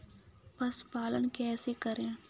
पशुपालन कैसे करें?